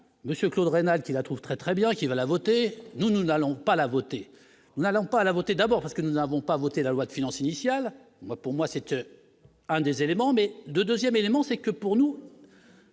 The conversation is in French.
monsieur Claude Raynal qui la trouvent très très bien qui va la voter, nous n'allons pas la voter, nous n'allons pas la voter, d'abord parce que nous n'avons pas voté la loi de finances initiale pour moi, c'était un des éléments, mais de 2ème élément, c'est que pour nous.